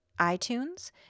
iTunes